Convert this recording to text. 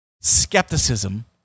skepticism